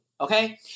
okay